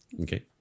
Okay